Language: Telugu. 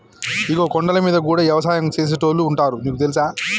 ఇగో కొండలమీద గూడా యవసాయం సేసేటోళ్లు ఉంటారు నీకు తెలుసా